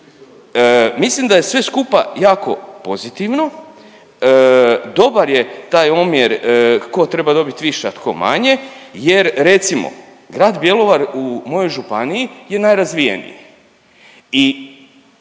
Mislim da je sve skupa jako pozitivno, dobar je taj omjer ko treba dobit više, a tko manje jer recimo Grad Bjelovar u mojoj županiji je nerazvijeniji